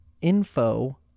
info